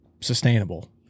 sustainable